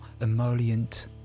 emollient